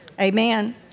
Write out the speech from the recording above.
Amen